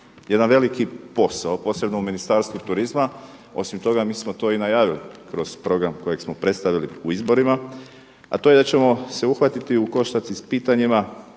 jedan veliki posao posebno u ministarstvu turizma, osim toga mi smo to i najavili kroz program kojeg smo predstavili u izborima a to je da ćemo se uhvatiti u koštac i s pitanjima